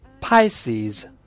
Pisces